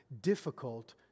difficult